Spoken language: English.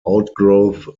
outgrowth